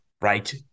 right